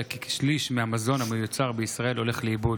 עולה כי כשליש מהמזון המיוצר בישראל הולך לאיבוד,